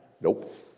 nope